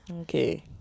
Okay